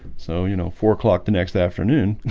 so you know four o'clock the next afternoon